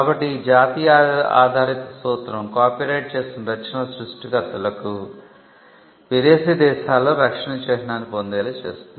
కాబట్టి జాతీయ ఆధారిత సూత్రం కాపీరైట్ చేసిన రచనల సృష్టికర్తలకు విదేశీ దేశాలలో రక్షణ చిహ్నాన్ని పొందేలా చేస్తుంది